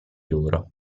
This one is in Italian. loro